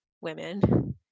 women